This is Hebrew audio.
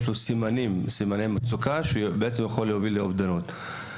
להם סימני מצוקה שיכולים להוביל לאובדנות,